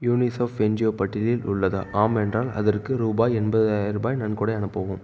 UNICEF NGO பட்டியலில் உள்ளதா ஆம் என்றால் அதற்கு ரூபாய் எண்பதாயரூபாய் நன்கொடை அனுப்பவும்